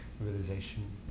realization